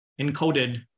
encoded